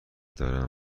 دارم